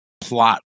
plot